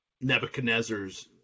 nebuchadnezzar's